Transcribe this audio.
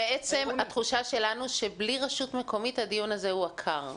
בעצם התחושה שלנו שבלי רשות מקומית הדיון הזה הוא עקר.